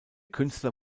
künstler